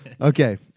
Okay